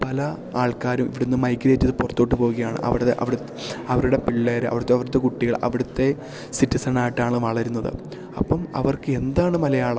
പല ആൾക്കാരും ഇവിടുന്ന് മൈഗ്രേറ്റ് ചെയ്ത് പുറത്തോട്ട് പോവുകയാണ് അവിടെ അവരുടെ പിള്ളേര് അവിടുത്തെ അവരുടെ കുട്ടികള് അവിടുത്തെ സിറ്റിസണായിട്ടാണ് വളരുന്നത് അപ്പം അവർക്ക് എന്താണ് മലയാളം